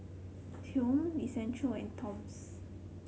Chomel Essential and Toms